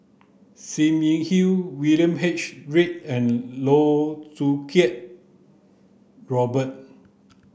Sim Yi Hui William H Read and Loh Choo Kiat Robert